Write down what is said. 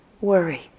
worry